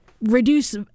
reduce